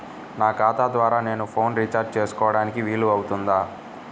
నా ఖాతా ద్వారా నేను ఫోన్ రీఛార్జ్ చేసుకోవడానికి వీలు అవుతుందా?